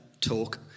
talk